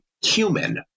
human